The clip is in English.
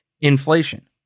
inflation